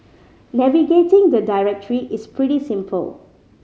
navigating the directory is pretty simple